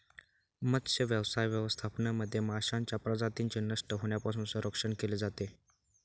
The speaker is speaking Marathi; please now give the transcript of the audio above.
मत्स्यव्यवसाय व्यवस्थापनामध्ये माशांच्या प्रजातींचे नष्ट होण्यापासून संरक्षण केले जाते